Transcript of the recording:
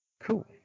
Cool